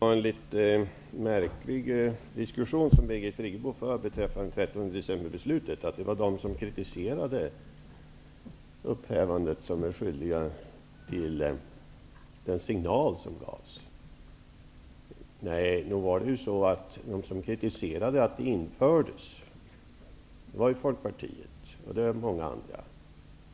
Herr talman! Birgit Friggebo för en litet märklig diskussion beträffande 13 december-beslutet, dvs. att det är de som kritiserade upphävandet av beslutet som är skyldiga till den signal som gavs. Nog var det väl så att de som kritiserade att 13 december-beslutet infördes var Folkpartiet, bland många andra.